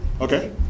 Okay